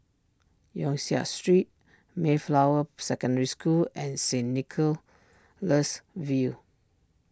Yong Siak Street Mayflower Secondary School and Saint Nicholas View